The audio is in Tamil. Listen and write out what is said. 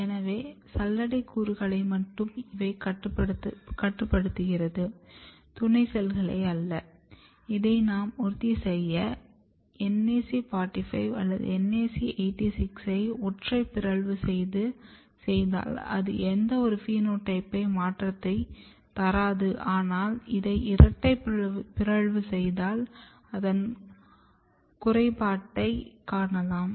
எனவே சல்லடை கூறுகளை மட்டும் இவை கட்டுப்படுத்துகிறது துணை செல்களை அல்ல இதை நாம் உறுதிசெய்ய NAC 45 அல்லது NAC 86 ஐ ஒற்றை பிறழ்வு செய்தால் அது எந்த ஒரு பினோடைப் மாற்றத்தையும் தராது ஆனால் இதை இரட்டை பிறழ்வு செய்தால் அதன் ககுறைப்பாடை காணலாம்